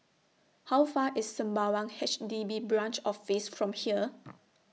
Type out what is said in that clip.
How Far away IS Sembawang H D B Branch Office from here